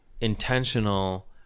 intentional